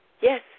Yes